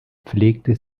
pflegte